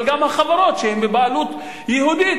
אבל גם החברות שהן בבעלות יהודית,